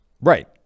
right